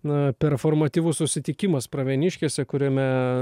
na performatyvus susitikimas pravieniškėse kuriame